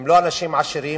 הם לא אנשים עשירים.